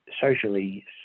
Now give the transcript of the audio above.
socially